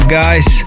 guys